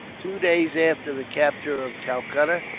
two days after the capture of calcutta,